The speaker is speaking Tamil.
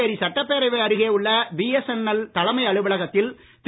புதுச்சேரி சட்டப்பேரவை அருகே உள்ள பிஎஸ்என்எல் தலைமை அலுவலகத்தில் திரு